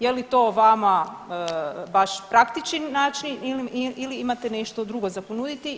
Je li to vam baš praktični način ili imate nešto drugo za ponuditi?